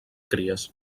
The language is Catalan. cries